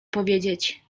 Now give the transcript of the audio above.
powiedzieć